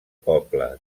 poble